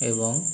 এবং